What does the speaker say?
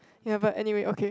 ya but anyway okay